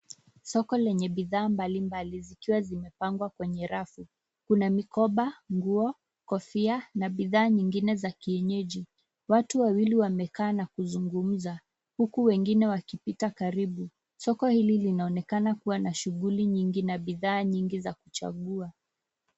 Soko lenye bidhaa mbalimbali zikiwa zimepangwa kwenye rafu. Kuna mikoba, nguo, kofia na bidhaa nyingine za kienyeji. Watu wawili wamekaa na kuzungumuza. Huku wengine wakipita karibu. Soko hili linaonekana kuwa na shughuli nyingi na bidhaa nyingi za kuchagua.